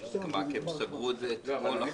מה, כי הם סגרו את זה אתמול אחר-הצהריים?